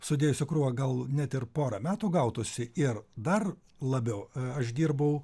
sudėjusi į krūvą gal net ir pora metų gautųsi ir dar labiau aš dirbau